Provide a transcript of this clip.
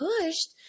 pushed